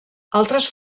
altres